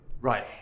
Right